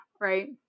Right